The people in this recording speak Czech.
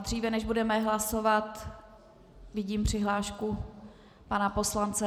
Dříve než budeme hlasovat, vidím přihlášku pana poslance.